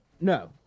No